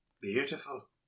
Beautiful